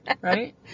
right